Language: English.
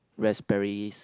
raspberries